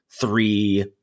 three